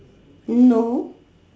no